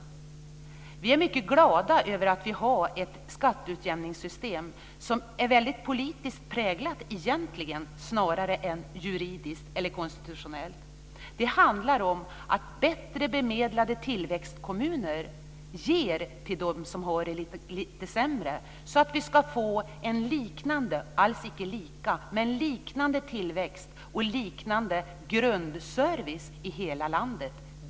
Vi är där mycket glada över att vi har ett skatteutjämningssystem som egentligen är politiskt snarare än juridiskt eller konstitutionellt präglat. Det handlar om att bättre bemedlade tillväxtkommuner ger till dem som har det lite sämre, så att man får en liknande - alls icke lika - tillväxt och grundservice i hela landet.